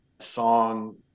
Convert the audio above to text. song